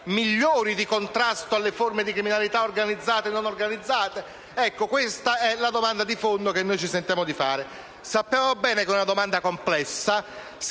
migliori nel contrasto alle forme di criminalità organizzate e non? Questa è la domanda di fondo che noi ci sentiamo di porre. Sappiamo bene che è una domanda complessa,